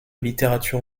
littérature